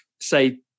Say